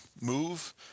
move